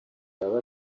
baba